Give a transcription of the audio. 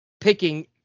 picking